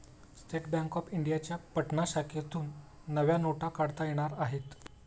state bank of इंडियाच्या पटना शाखेतून नव्या नोटा काढता येणार आहेत